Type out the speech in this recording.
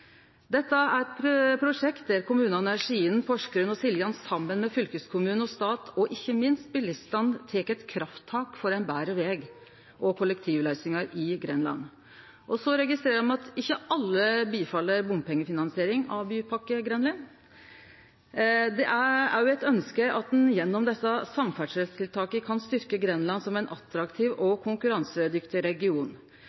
Dette er eit prosjekt der kommunane Skien, Porsgrunn og Siljan saman med fylkeskommune og stat, og ikkje minst bilistane, tek eit krafttak for betre veg og kollektivløysingar i Grenland. Eg registrerer at ikkje alle samtykkjer til finansiering av Bypakke Grenland med bompengar. Det er òg eit ønske at ein gjennom desse samferdselstiltaka kan styrkje Grenland som ein attraktiv